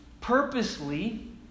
purposely